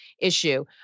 issue